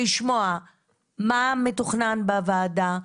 לשמוע מה מתוכנן בוועדה,